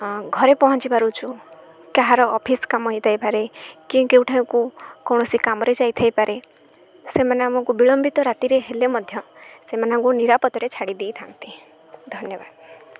ଘରେ ପହଞ୍ଚି ପାରୁଚୁ କାହାର ଅଫିସ୍ କାମ ହୋଇଥାଇପାରେ କି କେୋଉଠାକୁ କୌଣସି କାମରେ ଯାଇଥାଇପାରେ ସେମାନେ ଆମକୁ ବିଳମ୍ବିତ ରାତିରେ ହେଲେ ମଧ୍ୟ ସେମାନଙ୍କୁ ନିରାପତରେ ଛାଡ଼ି ଦେଇଥାନ୍ତି ଧନ୍ୟବାଦ